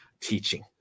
teaching